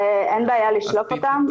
אין בעיה לשלוף אותם.